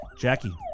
Jackie